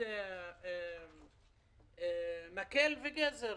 מקל וגזר,